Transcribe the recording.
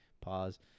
Pause